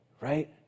right